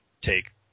take